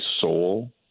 soul